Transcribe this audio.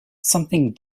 something